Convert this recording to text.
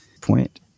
point